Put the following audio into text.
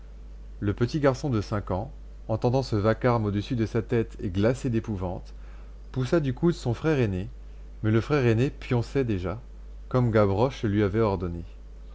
le petit garçon de cinq ans entendant ce vacarme au-dessus de sa tête et glacé d'épouvante poussa du coude son frère aîné mais le frère aîné pionçait déjà comme gavroche le lui avait ordonné